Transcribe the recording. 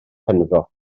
penfro